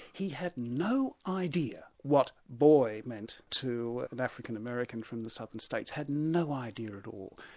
he had no idea what boy meant to an african american from the southern states, had no idea at all.